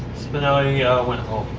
spinelli went home